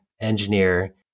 engineer